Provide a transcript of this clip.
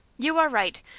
you are right.